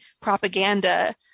propaganda